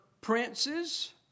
princes